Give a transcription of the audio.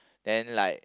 then like